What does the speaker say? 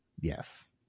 Yes